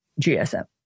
GSM